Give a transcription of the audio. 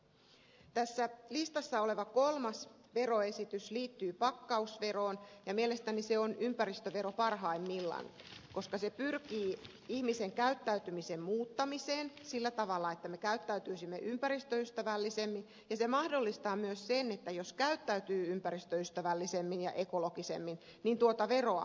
tässä listassa oleva kolmas veroesitys liittyy pakkausveroon ja mielestäni se on ympäristövero parhaimmillaan koska se pyrkii ihmisen käyttäytymisen muuttamiseen sillä tavalla että me käyttäytyisimme ympäristöystävällisemmin ja se mahdollistaa myös sen että jos käyttäytyy ympäristöystävällisemmin ja ekologisemmin tuota veroa voi välttää